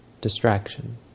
distraction